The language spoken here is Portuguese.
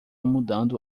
mudando